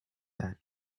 that